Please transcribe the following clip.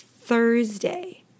Thursday